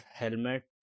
helmet